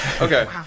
Okay